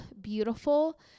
beautiful